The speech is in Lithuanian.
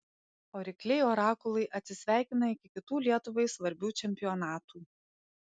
o rykliai orakulai atsisveikina iki kitų lietuvai svarbių čempionatų